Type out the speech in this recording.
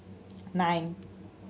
nine